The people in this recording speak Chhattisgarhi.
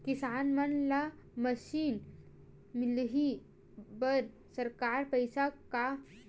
किसान मन ला मशीन मिलही बर सरकार पईसा का?